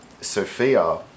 Sophia